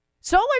Solar